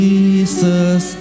Jesus